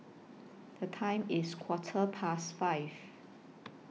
The Time IS Quarter Past five